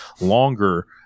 longer